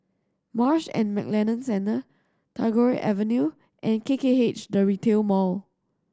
Marsh and McLennan Centre Tagore Avenue and K K H The Retail Mall